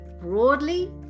broadly